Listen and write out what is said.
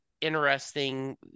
interesting